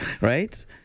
Right